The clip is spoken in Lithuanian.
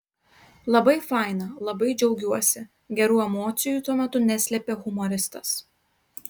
labai faina labai džiaugiuosi gerų emocijų tuo metu neslėpė humoristas